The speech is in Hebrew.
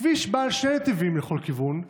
כביש בעל שני נתיבים לכל כיוון,